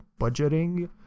budgeting